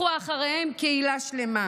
לקחו אחריהם קהילה שלמה.